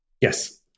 Yes